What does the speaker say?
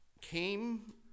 came